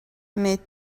mais